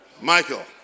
Michael